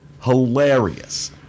hilarious